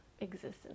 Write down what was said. Existence